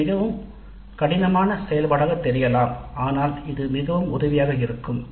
இது மிகவும் கடினமான செயல்பாடாக தெரியலாம் ஆனால் இது மிகவும் உதவியாக இருக்கும்